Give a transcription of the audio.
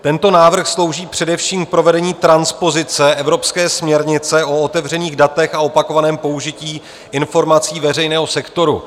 Tento návrh slouží především k provedení transpozice evropské směrnice o otevřených datech a o opakovaném použití informací veřejného sektoru.